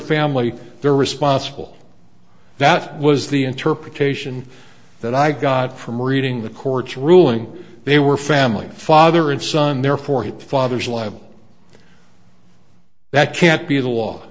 family they're responsible that was the interpretation that i got from reading the court's ruling they were family father and son therefore his father's libel that can't be the law